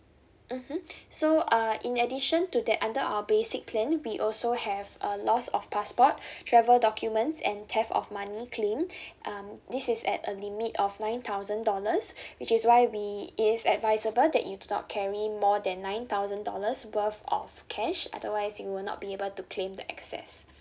mmhmm so uh in addition to that under our basic plan we also have a lost of passport travel documents and theft of money claim um this is at a limit of nine thousand dollars which is why we it is advisable that you do not carry more than nine thousand dollars worth of cash otherwise you will not be able to claim the excess